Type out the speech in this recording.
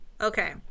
Okay